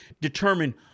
determine